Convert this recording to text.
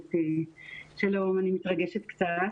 שלום, אני מתרגשת קצת.